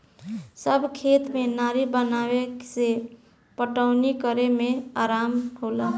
सब खेत में नारी बनावे से पटवनी करे में आराम होला